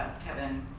kevin,